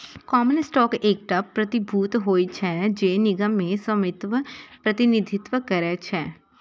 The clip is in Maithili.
कॉमन स्टॉक एकटा प्रतिभूति होइ छै, जे निगम मे स्वामित्वक प्रतिनिधित्व करै छै